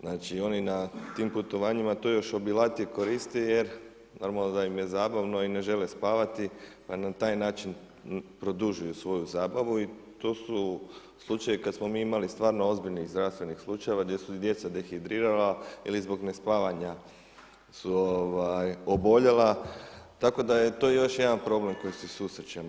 Znači, oni na tim putovanjima, to još obilatije koriste jer normalno da im je zabavno i ne žele spavati, pa na taj način produžuju svoju zabavu i to su slučajevi kad smo mi imali stvarno ozbiljnih zdravstvenih slučajeva gdje su djeca dehidrirala ili zbog nespavanja su oboljela, tako da je to još jedan problem s kojim se surečemo.